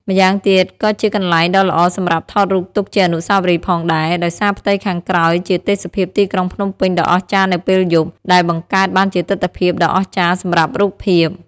ម្យ៉ាងទៀត ក៏ជាកន្លែងដ៏ល្អសម្រាប់ថតរូបទុកជាអនុស្សាវរីយ៍ផងដែរ ដោយសារផ្ទៃខាងក្រោយជាទេសភាពទីក្រុងភ្នំពេញដ៏អស្ចារ្យនៅពេលយប់ ដែលបង្កើតបានជាទិដ្ឋភាពដ៏អស្ចារ្យសម្រាប់រូបភាព។